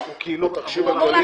כעיקרון,